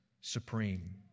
supreme